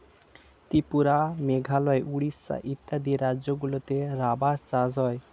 ত্রিপুরা, মেঘালয়, উড়িষ্যা ইত্যাদি রাজ্যগুলিতে রাবার চাষ হয়